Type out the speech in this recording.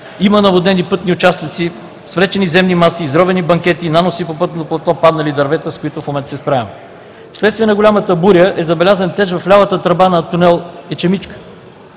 Има наводнени пътни участъци, свлечени земни маси, изровени банкети, наноси по пътното платно, паднали дървета, с които в момента се справяме. Вследствие на голямата буря е забелязан теч в лявата тръба на тунел „Ечемишка“.